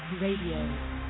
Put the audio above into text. Radio